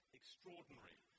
extraordinary